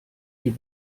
die